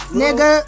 nigga